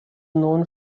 known